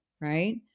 right